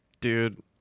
Dude